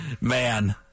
Man